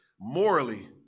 morally